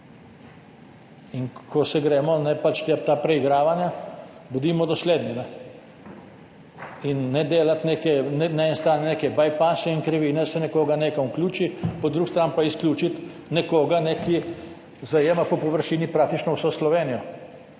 In ko se gremo ta preigravanja, bodimo dosledni in ne delati neke na eni strani neke »bypasse« in krivine, se nekoga nekam vključi, po drugi strani pa izključiti nekoga, ki zajema po površini praktično vso Slovenijo,